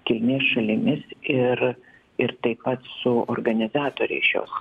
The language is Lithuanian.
kilmės šalimis ir ir taip pat su organizatoriais šios